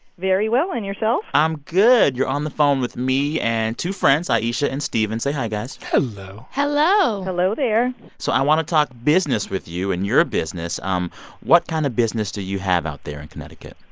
very well. and yourself? i'm good. you're on the phone with me and two friends, ayesha and steven. say hi, guys hello hello hello there so i want to talk business with you and your business. um what kind of business do you have out there in connecticut?